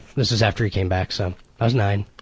this was after he came back so i was nine.